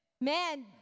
man